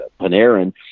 Panarin